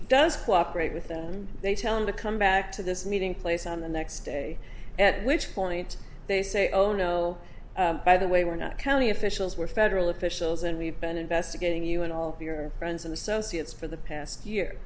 does cooperate with them they tell him to come back to this meeting place on the next day at which point they say oh no by the way we're not county officials were federal officials and we've been investigating you and all your friends and associates for the past year